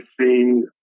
seen